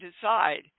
decide